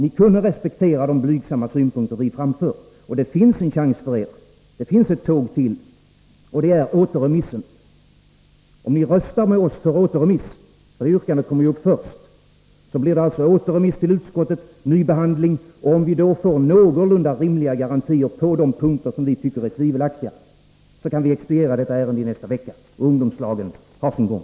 Ni kunde respektera de blygsamma synpunkter som vi framför, och det finns en chans för er. Det finns ett tåg till, nämligen återremissen. Om ni röstar med oss för återremiss — det yrkandet kommer upp först — blir det alltså återremiss till utskottet och ny behandling. Om vi då får någorlunda rimliga garantier på de punkter vi tycker är tvivelaktiga, kan detta ärende expedieras i nästa vecka och ungdomslagen kan ha sin gång.